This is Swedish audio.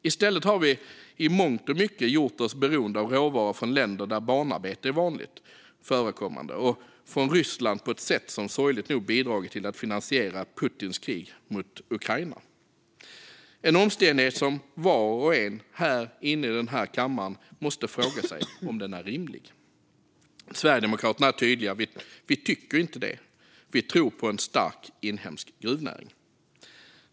I stället har vi i mångt och mycket gjort oss beroende av råvaror från länder där barnarbete är vanligt förekommande och från Ryssland. Det har sorgligt nog bidragit till att finansiera Putins krig mot Ukraina. Var och en i denna kammare måste fråga sig om denna omständighet är rimlig. Sverigedemokraterna är tydliga. Vi tycker inte det. Vi tror på en stark inhemsk gruvnäring.